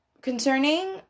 concerning